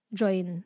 join